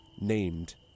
named